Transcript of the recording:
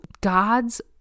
God's